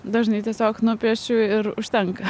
dažnai tiesiog nupiešiu ir užtenka